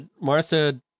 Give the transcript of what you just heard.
Martha